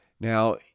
Now